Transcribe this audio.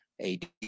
AD